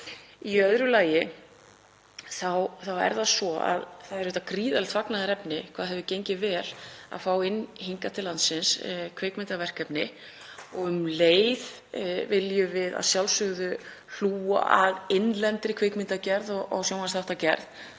Í öðru lagi þá er það svo að það er gríðarlegt fagnaðarefni hvað vel hefur gengið að fá hingað til landsins kvikmyndaverkefni og um leið viljum við að sjálfsögðu hlúa að innlendri kvikmyndagerð og sjónvarpsþáttagerð.